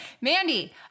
Mandy